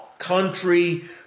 Country